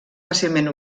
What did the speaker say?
fàcilment